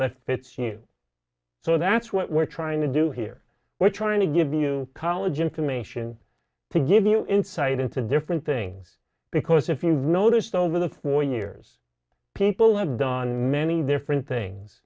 that fits you so that's what we're trying to do here we're trying to give you college information to give you insight into different things because if you noticed over the four years people have done many different things